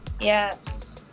Yes